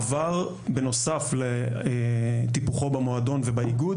עבר בנוסף לטיפוחו במועדון ובאיגוד